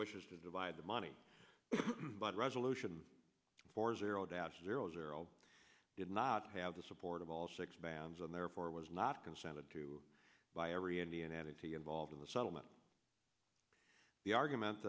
wishes to divide the money but resolution four zero down to zero zero did not have the support of all six bands and therefore was not consented to by every indian entity involved in the settlement the argument